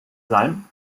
salm